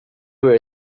were